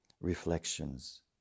reflections